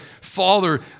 father